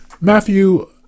Matthew